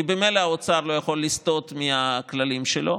כי ממילא האוצר לא יכול לסטות מהכללים שלו.